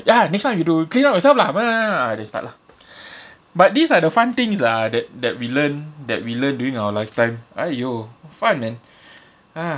ya next time you do clean up yourself lah then start lah but these are the fun things lah that that we learned that we learned during our lifetime !aiyo! fun man ah